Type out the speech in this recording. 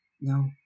no